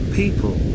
people